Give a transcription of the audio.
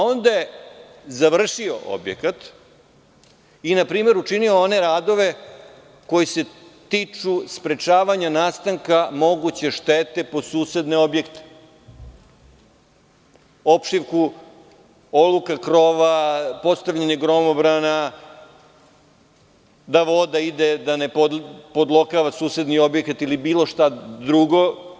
Onda je završio objekat i na primer učinio one radove koji se tiču sprečavanje nastanka moguće štete po susedne objekte, opšivku oluka krova, postavljanje gromobrana da voda ide, da ne podlokava susedni objekat ili bilo šta drugo.